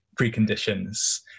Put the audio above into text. preconditions